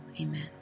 Amen